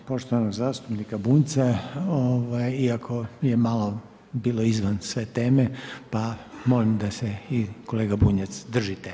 Odgovor poštovanog zastupnika Bunjca iako je malo bilo izvan sve teme pa molim da se i kolega Bunjac drži teme.